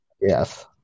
Yes